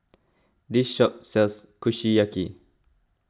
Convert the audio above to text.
this shop sells Kushiyaki